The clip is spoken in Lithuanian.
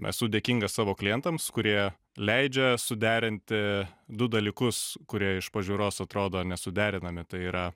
esu dėkingas savo klientams kurie leidžia suderinti du dalykus kurie iš pažiūros atrodo nesuderinami tai yra